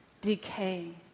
decaying